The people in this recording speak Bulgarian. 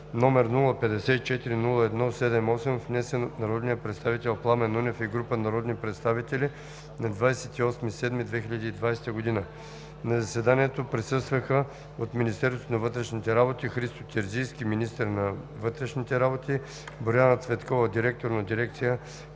народния представител Пламен Нунев и група народни представител на 28 юли 2020г. На заседанието присъстваха – от Министерство на вътрешните работи: Христо Терзийски – министър на вътрешните работи, Боряна Цветкова – директор на дирекция